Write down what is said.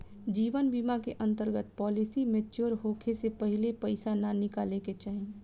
जीवन बीमा के अंतर्गत पॉलिसी मैच्योर होखे से पहिले पईसा ना निकाले के चाही